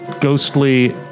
ghostly